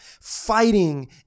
fighting